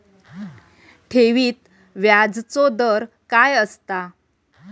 ठेवीत व्याजचो दर काय असता?